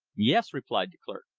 yes, replied the clerk.